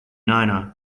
niner